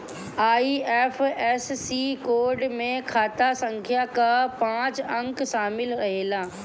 IFSC code में खाता संख्या कअ पांच अंक शामिल रहेला